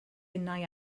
innau